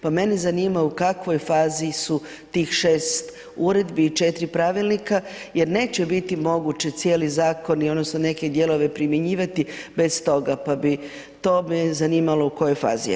Pa mene zanima u kakvoj fazi su tih 6 uredbi i 4 pravilnika jer neće biti moguće cijeli zakon odnosno neke dijelove primjenjivati bez toga, pa me to zanima u kojoj fazi je?